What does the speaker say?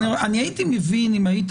הייתי מבין אם היית